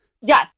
Yes